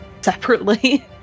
separately